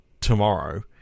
tomorrow